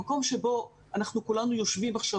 המקום שבו אנחנו כולנו יושבים עכשיו,